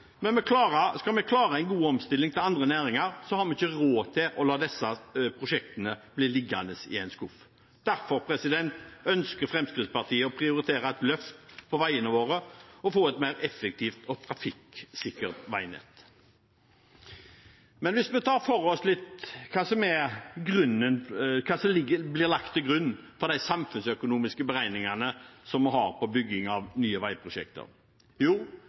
men skal vi klare en god omstilling til andre næringer, har vi ikke råd til å la disse prosjektene bli liggende i skuffen. Derfor ønsker Fremskrittspartiet å prioritere et løft på veiene våre og få et mer effektivt og trafikksikkert veinett. La oss ta for oss hva som blir lagt til grunn for de samfunnsøkonomiske beregningene vi har på bygging av nye veiprosjekter. Det er selvfølgelig bruken av prosjektet og tidsbesparelsen. Jo